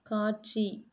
காட்சி